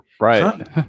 Right